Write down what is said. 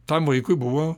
tam vaikui buvo